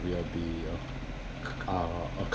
we will be uh